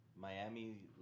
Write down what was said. Miami